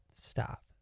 stop